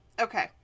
Okay